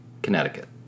Connecticut